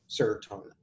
serotonin